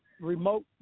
remote